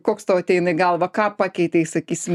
koks tau ateina į galvą ką pakeitei sakysim